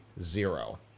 zero